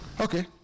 Okay